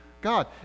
God